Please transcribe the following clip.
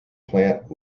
plant